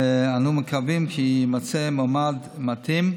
ואנו מקווים שיימצא מועמד מתאים.